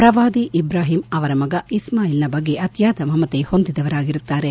ಪ್ರವಾದಿ ಇಬ್ರಾಹಿಂ ಅವರ ಮಗ ಇಸ್ಥಾಯಿಲ್ನ ಬಗ್ಗೆ ಅತಿಯಾದ ಮಮತೆ ಹೊಂದಿದವರಾಗಿರುತ್ತಾರೆ